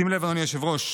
שים לב, אדוני היושב-ראש,